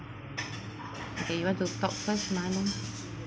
okay you want to talk first mahanom